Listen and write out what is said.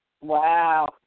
Wow